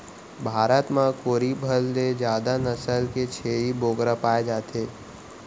भारत म कोरी भर ले जादा नसल के छेरी बोकरा पाए जाथे